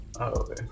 okay